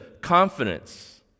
confidence